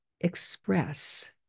express